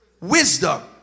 wisdom